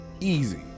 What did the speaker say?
Easy